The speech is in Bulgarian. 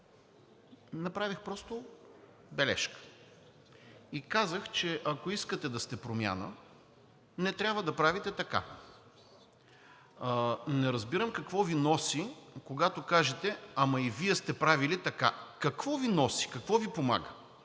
Направих просто бележка и казах, че ако искате да сте промяна, не трябва да правите така. Не разбирам какво Ви носи, когато кажете – ама и Вие сте правили така. Какво Ви носи? Какво Ви помага?